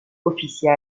officier